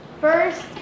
first